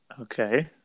Okay